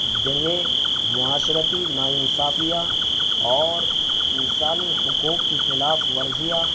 جگیں معاشرتی ناانصافیاں اور انسانی حقوق کی خلاف ورزیاں